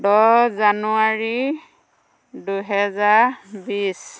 দহ জানুৱাৰী দুহেজাৰ বিছ